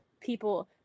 people